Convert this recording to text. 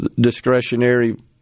discretionary